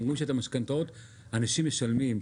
אומרים שאת המשכנתאות אנשים משלמים.